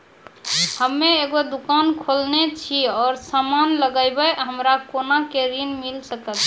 हम्मे एगो दुकान खोलने छी और समान लगैबै हमरा कोना के ऋण मिल सकत?